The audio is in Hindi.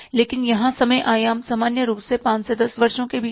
लेकिन यहाँ समय आयाम सामान्य रूप से पाँच से दस वर्षों के बीच है